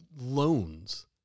loans